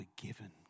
forgiven